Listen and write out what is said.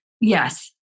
Yes